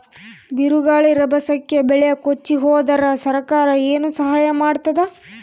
ಬಿರುಗಾಳಿ ರಭಸಕ್ಕೆ ಬೆಳೆ ಕೊಚ್ಚಿಹೋದರ ಸರಕಾರ ಏನು ಸಹಾಯ ಮಾಡತ್ತದ?